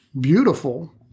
beautiful –